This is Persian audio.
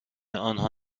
آنها